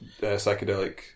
psychedelic